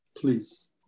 Please